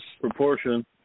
proportion